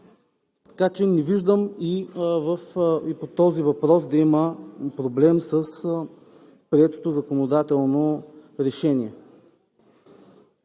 Така че не виждам и по този въпрос да има проблеми с проектозаконодателното решение.